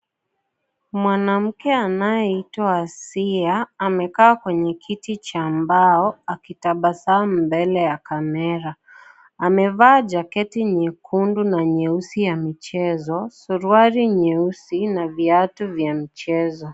Mwanamke anayeitwa Asiya, amekaa kwenye kiti cha mbao akitabasamu mbele ya kamera. Amevaa jaketi nyekundu na nyeusi ya michezo, suruali nyeusi na viatu vya mchezo.